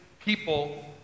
people